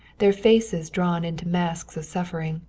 their faces drawn into masks of suffering.